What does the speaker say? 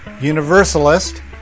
Universalist